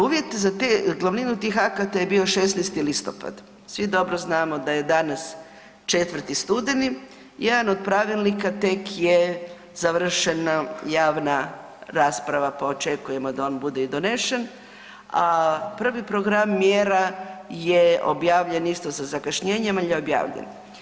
Uvjet za te, glavninu tih akata je bio 16. listopad, svi dobro znamo da je danas 4. studeni, jedan od pravilnika tek je završena javna rasprava pa očekujemo da on bude i donesen, a prvi program mjera je objavljen isto sa zakašnjenjem ali je objavljen.